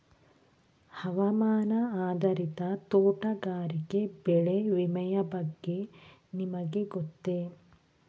ಹವಾಮಾನ ಆಧಾರಿತ ತೋಟಗಾರಿಕೆ ಬೆಳೆ ವಿಮೆಯ ಬಗ್ಗೆ ನಿಮಗೆ ಗೊತ್ತೇ?